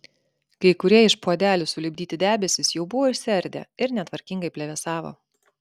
kai kurie iš puodelių sulipdyti debesys jau buvo išsiardę ir netvarkingai plevėsavo